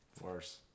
Worse